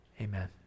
amen